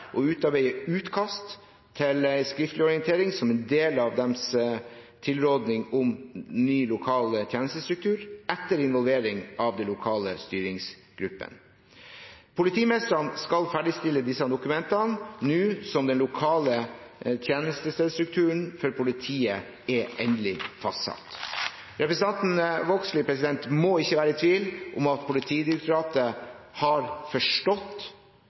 utarbeide utkast til en slik skriftlig orientering som del av deres tilråding om ny lokal tjenestestedsstruktur, etter involvering av de lokale styringsgruppene. Politimestrene skal ferdigstille disse dokumentene nå som den lokale tjenestestedsstrukturen for politiet er endelig fastsatt. Representanten Vågslid må ikke være i tvil om at Politidirektoratet har forstått